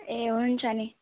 ए हुन्छ नि